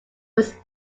was